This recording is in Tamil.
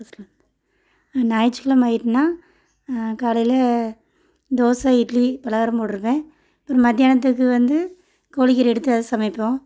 ஞாயிற்றுக்கிழமை ஆயிட்டுன்னால் காலையில் தோசை இட்லி பலகாரம் போடுறதுதான் அப்புறம் மத்தியானதுக்கு வந்து கோழிக்கறி எடுத்து அது சமைப்போம்